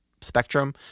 spectrum